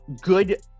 good